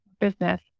business